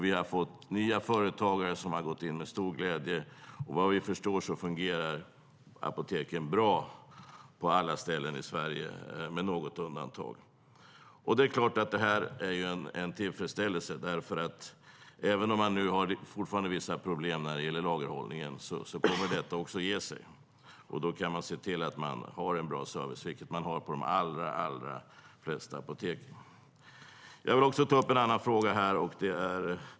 Vi har fått nya företagare som har gått in med stor glädje, och vad vi förstår fungerar apoteken, med något undantag, bra på alla ställen i Sverige. Det är klart att det är en tillfredsställelse i det. Även om man fortfarande har vissa problem när det gäller lagerhållningen kommer det att ge sig. Då kan man se till att man har en bra service, vilket det är på de allra flesta apotek i dag. Jag vill också ta upp en annan fråga här.